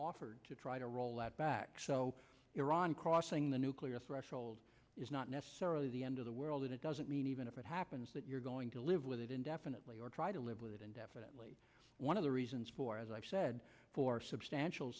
offered to try to roll that back so iran crossing the nuclear threshold is not necessarily the end of the world and it doesn't mean even if it happens that you're going to live with it indefinitely or try to live with it indefinitely one of the reasons for as i said for substantial